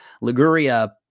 Liguria